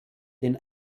den